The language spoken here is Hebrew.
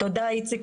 תודה איציק,